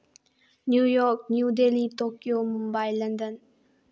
new York New Delhi Tokyo Mumbai London